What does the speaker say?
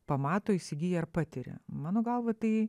pamato įsigija ir patiria mano galva tai